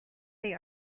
they